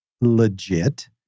legit